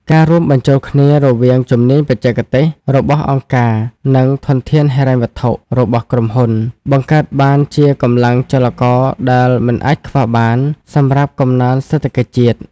ការរួមបញ្ចូលគ្នារវាង "ជំនាញបច្ចេកទេស" របស់អង្គការ និង "ធនធានហិរញ្ញវត្ថុ" របស់ក្រុមហ៊ុន បង្កើតបានជាកម្លាំងចលករដែលមិនអាចខ្វះបានសម្រាប់កំណើនសេដ្ឋកិច្ចជាតិ។